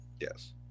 Yes